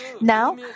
Now